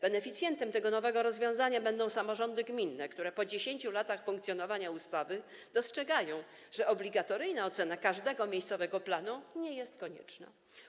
Beneficjentem tego nowego rozwiązania będą samorządy gminne, które po 10 latach funkcjonowania ustawy dostrzegają, że obligatoryjna ocena każdego miejscowego planu nie jest konieczna.